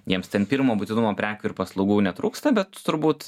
jiems ten pirmo būtinumo prekių ir paslaugų netrūksta bet turbūt